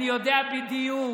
אני יודע בדיוק.